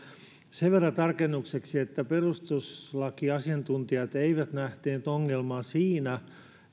sen verran tarkennukseksi että perustuslakiasiantuntijat eivät nähneet ongelmaa siinä